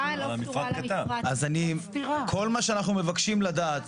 כל מה שאנחנו מבקשים לדעת,